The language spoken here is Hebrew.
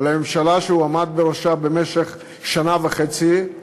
ולממשלה שהוא עמד בראשה במשך שנה וחצי,